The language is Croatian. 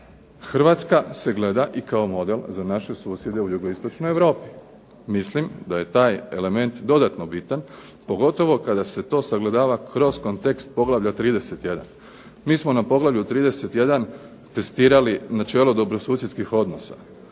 Hrvatska se gleda i kao model za naše susjede u jugoistočnoj Europi. Mislim da je taj element dodatno bitan pogotovo kada se to sagledava kroz kontekst poglavlja 31. Mi smo na poglavlju 31. testirali načelo dobrosusjedskih odnosa.